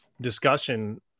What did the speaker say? discussion